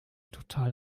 total